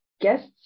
Guests